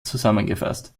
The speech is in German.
zusammengefasst